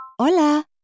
Hola